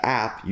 app